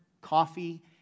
coffee